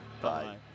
Bye